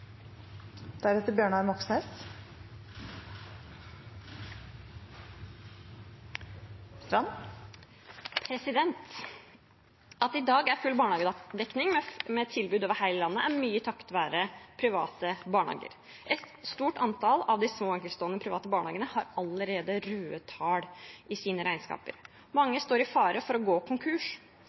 At det i dag er full barnehagedekning med tilbud over hele landet, er mye takket være private barnehager. Et stort antall av de små, enkeltstående barnehagene har allerede røde tall i sine regnskaper. Mange står i fare for å gå konkurs.